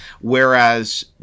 Whereas